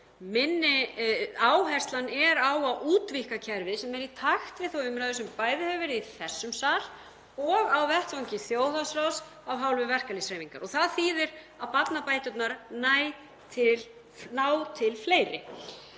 Áherslan er á að útvíkka kerfið sem er í takt við þá umræðu sem bæði hefur verið í þessum sal og á vettvangi þjóðhagsráðs af hálfu verkalýðshreyfingar og það þýðir að barnabæturnar ná til fleiri.